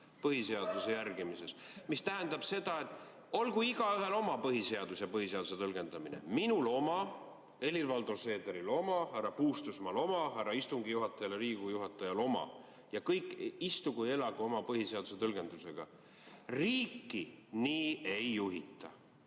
põhiseaduse järgimises, mis tähendab seda, et olgu igaühel oma põhiseadus ja põhiseaduse tõlgendus, minul oma, Helir‑Valdor Seederil oma, härra Puustusmaal oma, härra istungi juhatajal ja Riigikogu [esimehel] oma ning kõik istugu ja elagu oma põhiseaduse tõlgendusega. Riiki nii ei juhita.